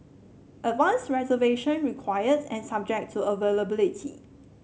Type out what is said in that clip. advanced reservation required and subject to availability